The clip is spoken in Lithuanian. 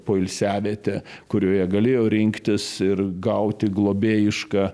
poilsiavietę kurioje galėjo rinktis ir gauti globėjišką